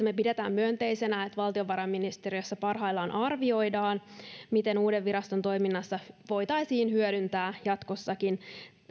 me pidämme myönteisenä että valtiovarainministeriössä parhaillaan arvioidaan miten uuden viraston toiminnassa voitaisiin hyödyntää jatkossakin